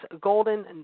Golden